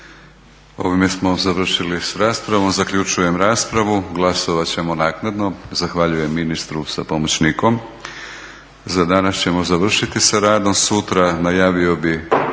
Ovime smo završili sa raspravom. Zaključujem raspravu. Glasovati ćemo naknadno. Zahvaljujem ministru sa pomoćnikom. Za danas ćemo završiti sa radom. Sutra najavio bih